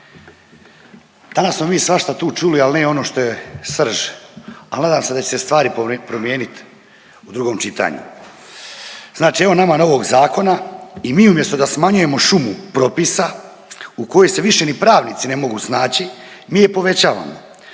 danas smo mi svašta tu čuli, ali ne ono što je srž, ali nadam se da će se stvari promijeniti u drugom čitanju. Znači evo nama novog zakona i mi umjesto da smanjujemo šumu propisa u kojoj se više ni pravnici ne mogu snaći mi je povećavamo.